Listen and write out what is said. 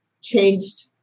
changed